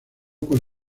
con